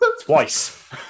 Twice